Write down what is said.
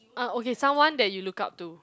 uh okay someone that you look up to